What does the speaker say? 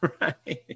Right